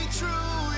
true